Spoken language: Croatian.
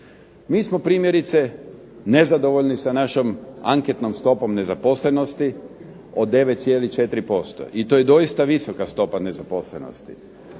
Mi smo primjerice nezadovoljni sa našom anketnom stopom nezaposlenosti, od 9,4% i to je doista visoka stopa nezaposlenosti.